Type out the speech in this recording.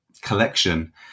collection